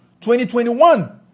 2021